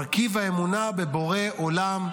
מרכיב האמונה בבורא עולם,